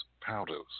powders